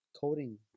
coding